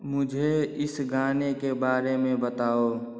मुझे इस गाने के बारे में बताओ